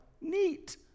neat